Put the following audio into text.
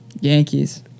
Yankees